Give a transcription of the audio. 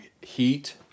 heat